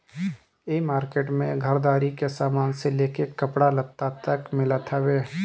इ मार्किट में घरदारी के सामान से लेके कपड़ा लत्ता तक मिलत हवे